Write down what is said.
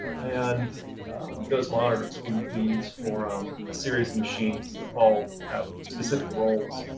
and those monitors, we use for um a series of machines that all have specific roles.